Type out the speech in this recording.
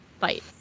fight